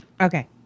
Okay